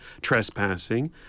trespassing